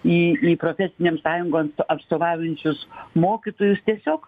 į į profesinėm sąjungoms atstovaujančius mokytojus tiesiog